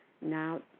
Now